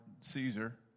Caesar